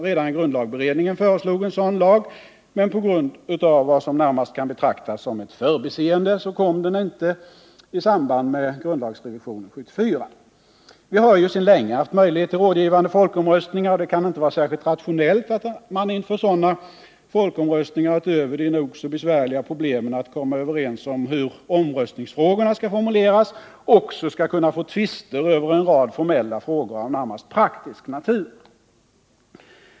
Redan grundlagberedningen föreslog en sådan lag, men genom vad som närmast kan betraktas som ett förbiseende kom den inte i samband med grundlagsrevisionen 1974. Vi har ju länge haft möjlighet till rådgivande folkomröstningar, och det kan inte vara särskilt rationellt att man inför sådana folkomröstningar utöver de nog så besvärliga problemen att komma överens om hur omröstningsfrågorna skall formuleras också skulle kunna få tvister över en rad formella frågor av närmast praktisk natur.